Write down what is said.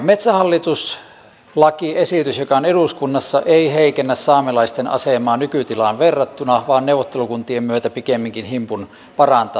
metsähallitus lakiesitys joka on eduskunnassa ei heikennä saamelaisten asemaa nykytilaan verrattuna vaan neuvottelukuntien myötä pikemminkin himpun parantaa sitä